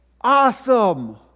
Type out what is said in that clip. Awesome